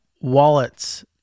wallets